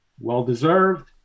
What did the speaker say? Well-deserved